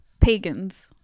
Pagans